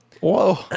Whoa